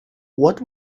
what